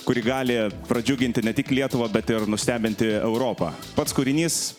kuri gali pradžiuginti ne tik lietuvą bet ir nustebinti europą pats kūrinys